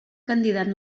candidat